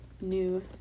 New